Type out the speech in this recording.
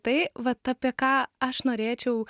tai vat apie ką aš norėčiau